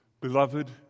Beloved